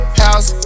house